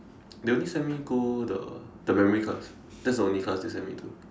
they only send me go the the memory class that's the only class they sent me to